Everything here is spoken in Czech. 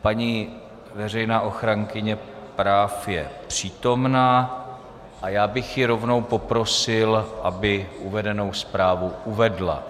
Paní veřejná ochránkyně práv je přítomna a já bych ji rovnou poprosil, aby uvedenou zprávu uvedla.